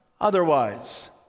otherwise